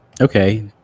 Okay